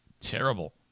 terrible